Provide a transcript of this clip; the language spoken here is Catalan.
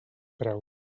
preu